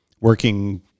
working